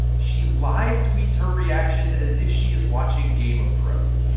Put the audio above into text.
she live-tweets her reactions as if she is watching game of thrones.